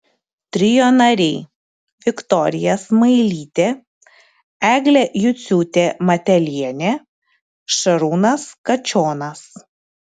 trio nariai viktorija smailytė eglė juciūtė matelienė šarūnas kačionas